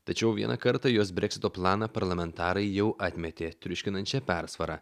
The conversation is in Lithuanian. tačiau vieną kartą jos breksito planą parlamentarai jau atmetė triuškinančia persvara